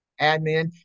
admin